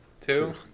Two